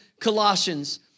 Colossians